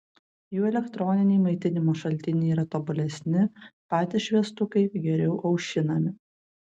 jų elektroniniai maitinimo šaltiniai yra tobulesni patys šviestukai geriau aušinami